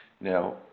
Now